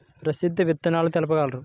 ప్రసిద్ధ విత్తనాలు తెలుపగలరు?